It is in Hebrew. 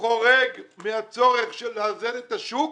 שחורג מהצורך של איזון השוק